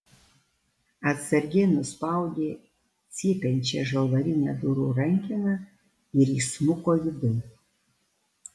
atsargiai nuspaudė cypiančią žalvarinę durų rankeną ir įsmuko vidun